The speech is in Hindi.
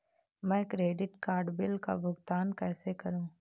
मैं क्रेडिट कार्ड बिल का भुगतान कैसे करूं?